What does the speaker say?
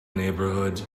neighborhood